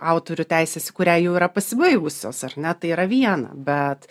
autorių teisės į kurią jau yra pasibaigusios ar ne tai yra viena bet